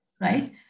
right